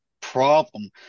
problem